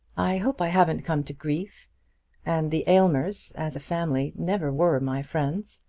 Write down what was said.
i hope i haven't come to grief and the aylmers, as a family, never were my friends.